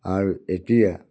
আৰু এতিয়া